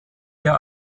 der